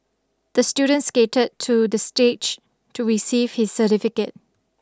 the student skated to the stage to receive his certificate